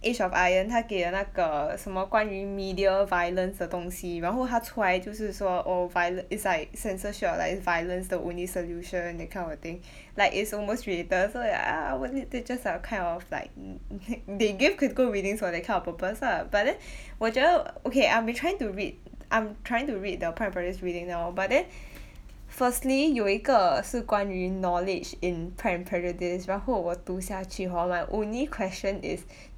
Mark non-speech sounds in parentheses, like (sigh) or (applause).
age of iron 他给了那个什么关于 media violence 的东西然后他出来就是说 oh viole~ is like censorship or like is violence the only solution that kind of thing (breath) like it's almost related so ya ah our lit teachers are kind of like mm mm !hey! they give critical readings for that kind of purpose lah but then (breath) 我觉得 okay I've been trying to read (noise) I'm trying to read the pride and prejudice reading now but then (breath) firstly 有一个是关于 knowledge in pride and prejudice 然后我读下去 hor my only question is (breath)